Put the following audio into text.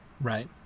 right